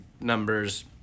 numbers